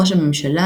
ראש הממשלה,